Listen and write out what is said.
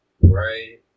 Right